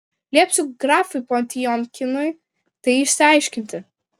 liepsiu grafui potiomkinui tai išsiaiškinti